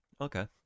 okay